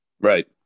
right